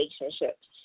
relationships